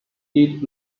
did